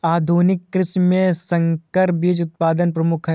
आधुनिक कृषि में संकर बीज उत्पादन प्रमुख है